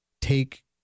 take